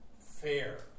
fair